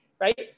right